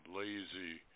lazy